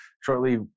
shortly